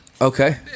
okay